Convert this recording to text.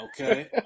Okay